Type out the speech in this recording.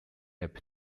app